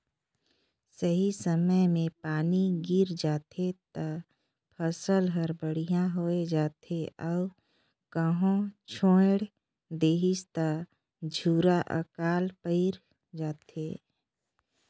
सही समय मे पानी गिर जाथे त फसल हर बड़िहा होये जाथे अउ कहो छोएड़ देहिस त झूरा आकाल पइर जाथे